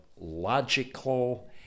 logical